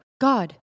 god